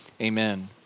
Amen